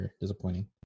disappointing